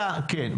כן.